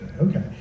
Okay